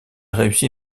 réussit